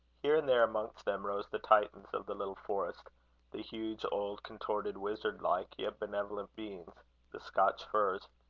here and there amongst them, rose the titans of the little forest the huge, old, contorted, wizard-like, yet benevolent beings the scotch firs.